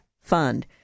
fund